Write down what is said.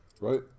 right